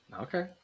Okay